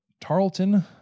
Tarleton